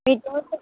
ఈ రోజు